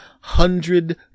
hundred